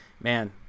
Man